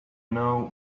know